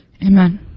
Amen